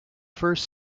first